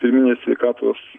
pirminės sveikatos